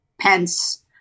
Pence